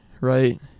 right